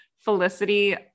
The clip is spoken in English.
Felicity